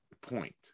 point